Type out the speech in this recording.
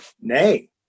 Nay